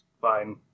Fine